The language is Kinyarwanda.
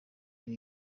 ibi